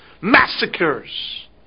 massacres